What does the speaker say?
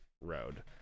road